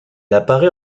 apparaît